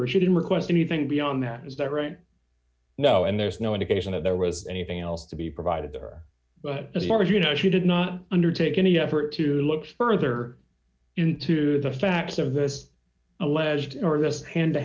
or she didn't request anything beyond that is that right no and there's no indication that there was anything else to be provided there but as far as you know she did not undertake any effort to look further into the facts of this alleged enormous and t